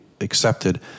accepted